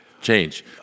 change